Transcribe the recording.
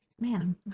man